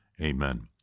Amen